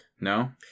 No